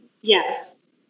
Yes